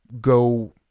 go